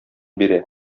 бирә